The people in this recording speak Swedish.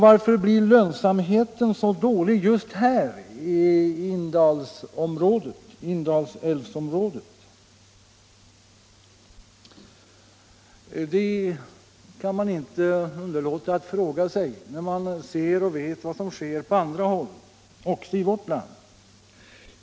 Varför blir lönsamheten så dålig just i Indalsälvsområdet? Det kan man inte underlåta att fråga sig när man ser och vet vad som sker på andra håll, också i vårt land.